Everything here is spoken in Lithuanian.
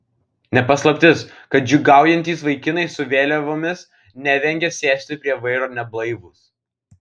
ne paslaptis kad džiūgaujantys vaikinai su vėliavomis nevengia sėsti prie vairo neblaivūs